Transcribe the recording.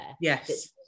yes